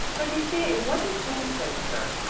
but you see it wouldn't seem so to her.